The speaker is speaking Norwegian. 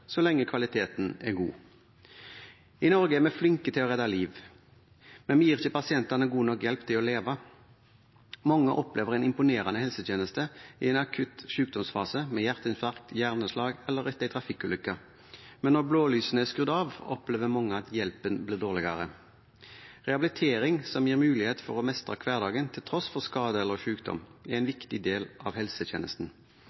så lenge kvaliteten er god. I Norge er vi flinke til å redde liv, men vi gir ikke pasientene god nok hjelp til leve. Mange opplever en imponerende helsetjeneste i en akutt sykdomsfase – etter hjerteinfarkt, hjerneslag eller etter en trafikkulykke. Men når blålysene er skrudd av, opplever mange at hjelpen blir dårligere. Rehabilitering som gir mulighet for å mestre hverdagen til tross for skade eller sykdom, er en